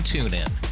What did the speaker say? TuneIn